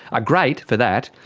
ah great for that,